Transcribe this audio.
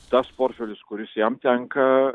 tas portfelis kuris jam tenka